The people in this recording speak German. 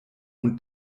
und